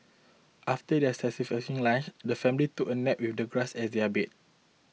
after their satisfying lunch the family took a nap with the grass as their bed